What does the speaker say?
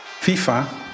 FIFA